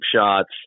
shots